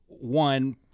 One